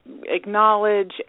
acknowledge